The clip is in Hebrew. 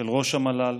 של ראש המל"ל,